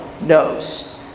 knows